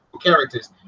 characters